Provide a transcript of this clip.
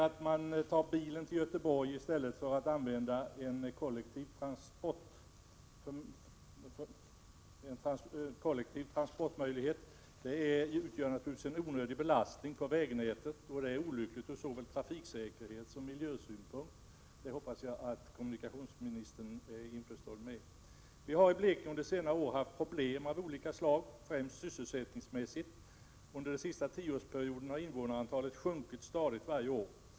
Att man tar bilen till Göteborg i stället för att använda en kollektiv transportmöjlighet utgör naturligtvis en onödig belastning på vägnätet och är olyckligt från såväl trafiksäkerhetssom miljösynpunkt — det hoppas jag att kommunikationsministern är införstådd med. Vi har i Blekinge under senare år haft problem av olika slag, främst när det gäller sysselsättningen. Under den senaste tioårsperioden har invånarantalet sjunkit stadigt varje år.